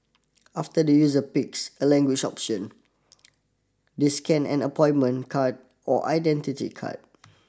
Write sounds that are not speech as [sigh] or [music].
[noise] after the user picks a language option [noise] they scan an appointment card or identity card